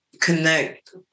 connect